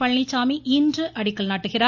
பழனிச்சாமி இன்று அடிக்கல் நாட்டுகிறார்